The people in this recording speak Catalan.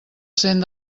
cent